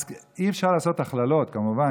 אז אי-אפשר לעשות הכללות, כמובן.